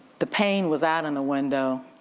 the paint was out in the window.